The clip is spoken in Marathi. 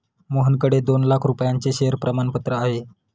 मोहनकडे दोन लाख रुपयांचे शेअर प्रमाणपत्र आहे